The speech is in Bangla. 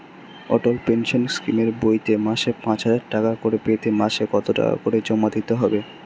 অটল পেনশন স্কিমের বইতে মাসে পাঁচ হাজার টাকা করে পেতে মাসে কত টাকা করে জমা দিতে হবে?